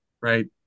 Right